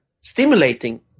stimulating